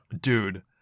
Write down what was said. dude